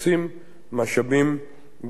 משאבים גם לעניין זה.